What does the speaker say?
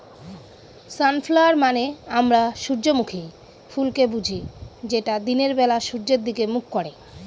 sunflower মানে আমরা সূর্যমুখী ফুলকে বুঝি যেটা দিনের বেলা সূর্যের দিকে মুখ করে